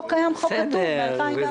חוק קיים, חוק כתוב מ-2014.